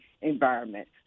environment